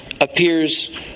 appears